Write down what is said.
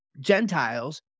Gentiles